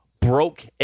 broke